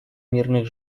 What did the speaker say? мирных